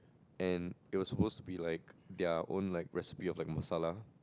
and it was supposed to be like their own like recipe of masala